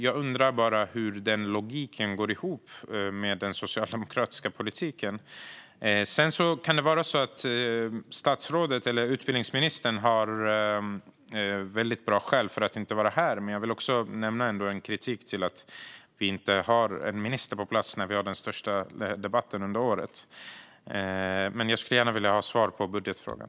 Jag undrar bara hur den logiken går ihop med den socialdemokratiska politiken. Det kan vara så att statsrådet eller utbildningsministern har väldigt bra skäl för att inte vara här, men jag vill ändå kritisera att vi inte har en minister på plats när vi har den största debatten under året. Men jag skulle gärna vilja ha svar på budgetfrågan.